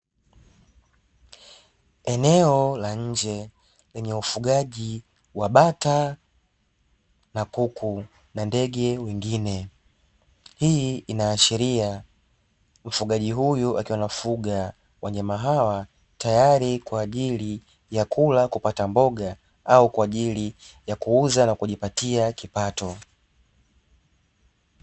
Eneo la nje lenye ufugaji wa bata na kuku na ndege wengine, hii inaashiria ufugaji huyu akiwa anafuga wanyama hawa tayari kwa ajili ya kula kupata mboga au kwa ajili ya kuuza na kujipatia kipato.